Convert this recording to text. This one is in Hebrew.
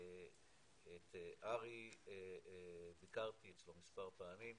ביקרתי אצל ארי מספר פעמים,